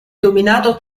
dominato